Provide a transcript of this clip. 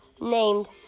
named